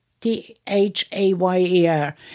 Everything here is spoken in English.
T-H-A-Y-E-R